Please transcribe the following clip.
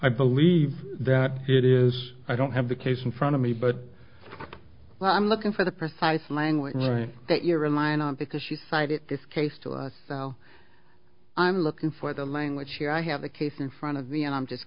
i believe that it is i don't have the case in front of me but well i'm looking for the precise language right that you're relying on because she cited this case to us so i'm looking for the language here i have a case in front of the and i'm just